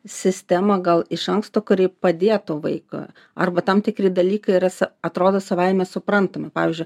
sistemą gal iš anksto kuri padėtų vaiką arba tam tikri dalykai yra sa atrodo savaime suprantami pavyzdžiui